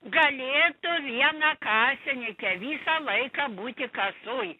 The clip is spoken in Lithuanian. galėtų viena kasinykė visą laiką būti kasoj